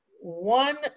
one